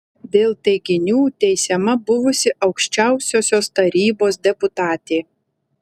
dėl teiginių teisiama buvusi aukščiausiosios tarybos deputatė